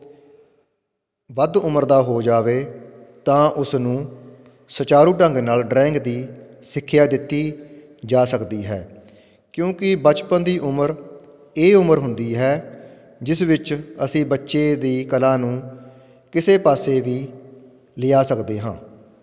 ਵੱਧ ਉਮਰ ਦਾ ਹੋ ਜਾਵੇ ਤਾਂ ਉਸਨੂੰ ਸੁਚਾਰੂ ਢੰਗ ਨਾਲ ਡਰਾਇੰਗ ਦੀ ਸਿੱਖਿਆ ਦਿੱਤੀ ਜਾ ਸਕਦੀ ਹੈ ਕਿਉਂਕਿ ਬਚਪਨ ਦੀ ਉਮਰ ਇਹ ਉਮਰ ਹੁੰਦੀ ਹੈ ਜਿਸ ਵਿੱਚ ਅਸੀਂ ਬੱਚੇ ਦੀ ਕਲਾ ਨੂੰ ਕਿਸੇ ਪਾਸੇ ਵੀ ਲਿਆ ਸਕਦੇ ਹਾਂ